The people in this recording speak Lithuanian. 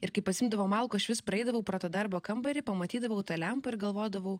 ir kai pasiimdavom malkų aš vis praeidavau pro tą darbo kambarį pamatydavau tą lempą ir galvodavau